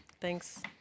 Thanks